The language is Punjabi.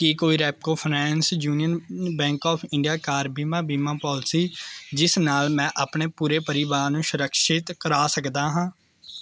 ਕੀ ਕੋਈ ਰੈਪਕੋ ਫਾਈਨੈਂਸ ਯੂਨੀਅਨ ਬੈਂਕ ਆਫ ਇੰਡੀਆ ਕਾਰ ਬੀਮਾ ਬੀਮਾ ਪਾਲਿਸੀ ਜਿਸ ਨਾਲ ਮੈਂ ਆਪਣੇ ਪੂਰੇ ਪਰਿਵਾਰ ਨੂੰ ਸੁਰਿਕਸ਼ਿਤ ਕਰਾ ਸਕਦਾ ਹਾਂ